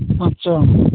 ପାଞ୍ଚ ଜଣ